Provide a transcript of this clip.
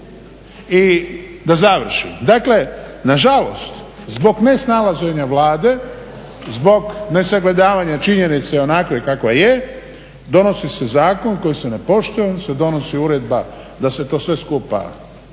I da završim, dakle nažalost zbog nesnalaženja Vlade, zbog nesagledavanja činjenice onakve kakva je donosi se zakon koji se ne poštuje i onda se donosi uredba da se to sve skupa